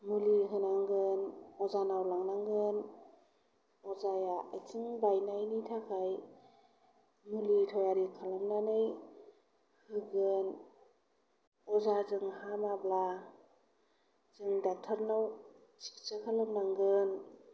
मुलि होनांगोन अजानाव लांनांगोन अजाया आथिं बायनायनि थाखाय मुलि थयारि खालामनानै होगोन अजाजों हामाब्ला जों ड'क्टारनाव सिखिथसा खालामनांगोन